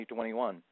2021